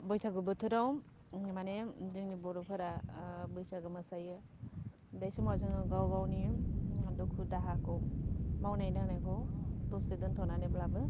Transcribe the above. बैसागु बोथोराव माने जोंनि बर'फोरा बैसागु मोसायो बे समाव जोङो गाव गावनि दुखु दाहाखौ मावनाय दांनायखौ दसे दोनथ'नानैब्लाबो